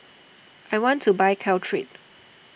I want to buy Caltrate